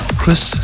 chris